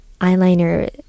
eyeliner